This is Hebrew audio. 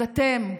אז אתם,